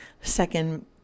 second